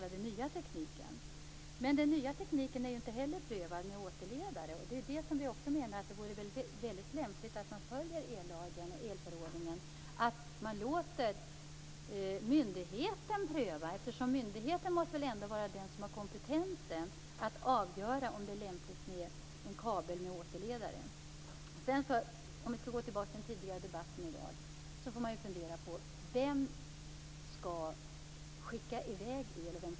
Men den nya tekniken med återledare är ju inte heller prövad. Det vore väl lämpligt att man följde ellagen och elförordningen och lät myndigheten pröva. Myndigheten måste väl ändå vara den som har kompetens att avgöra om det är lämpligt med en kabel med återledare. Med tanke på den tidigare debatten i dag måste man också fundera över vem som skall skicka i väg el och vem som skall ta emot el.